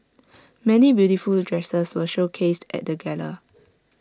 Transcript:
many beautiful dresses were showcased at the gala